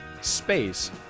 space